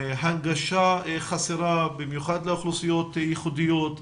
הנגשה חסרה, במיוחד לאוכלוסיות ייחודיות,